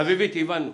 אביבית, הבנו.